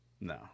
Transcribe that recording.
No